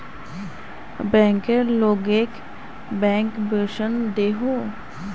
banker लोगोक bank bonus दोहों